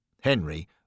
Henry